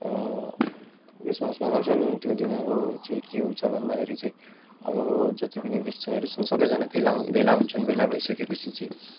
Christmas मनाउँछन् त्यो दिन अब चाहिँ के हुन्छ भन्दाखेरि चाहिँ अब जति पनि क्रिस्तानहरू छन् सबैजना भेला भेला हुन्छन् भेला भइसकेपछि चाहिँ